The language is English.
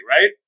right